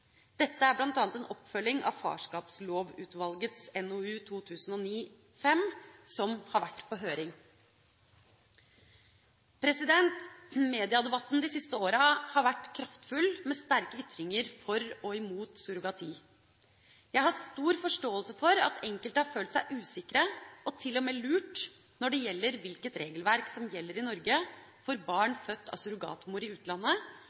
Dette er bl.a. en oppfølging av Farskapslovutvalgets NOU 2009:5, som har vært på høring. Mediedebatten de siste åra har vært kraftfull, med sterke ytringer for og imot surrogati. Jeg har stor forståelse for at enkelte har følt seg usikre – og til og med lurt – når det gjelder hvilket regelverk som gjelder i Norge for barn født av surrogatmor i utlandet,